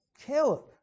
Caleb